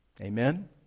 Amen